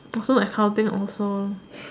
also as housing also